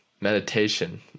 meditation